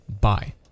bye